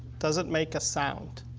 does it make a sound?